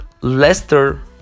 Leicester